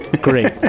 great